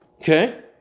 Okay